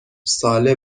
ساله